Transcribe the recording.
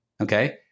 Okay